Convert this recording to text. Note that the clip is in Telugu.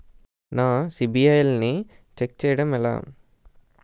నా సిబిఐఎల్ ని ఛెక్ చేయడం ఎలా?